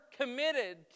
committed